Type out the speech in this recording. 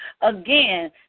again